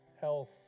health